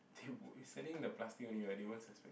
dude you selling the plastics only [right] they won't suspect